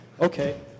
Okay